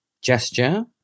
gesture